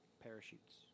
Parachutes